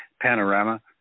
panorama